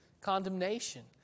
condemnation